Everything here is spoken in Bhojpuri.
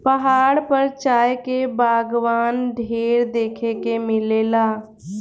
पहाड़ पर चाय के बगावान ढेर देखे के मिलेला